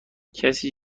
کسی